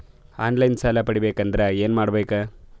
On line ಸಾಲ ಪಡಿಬೇಕಂದರ ಏನಮಾಡಬೇಕು?